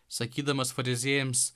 sakydamas fariziejams